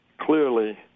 clearly